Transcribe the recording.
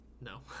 No